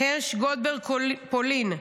הרש גולדברג פולין,